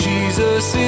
Jesus